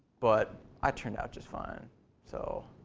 but i turned out just fine so.